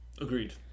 Agreed